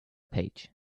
page